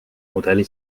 mudeli